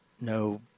no